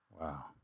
Wow